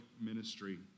ministry